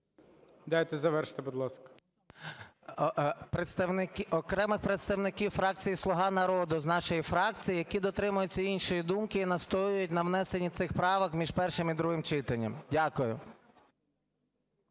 Дайте завершити, будь ласка.